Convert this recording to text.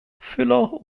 füller